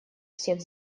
всех